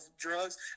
drugs